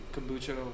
kombucha